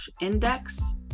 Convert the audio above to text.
index